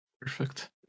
Perfect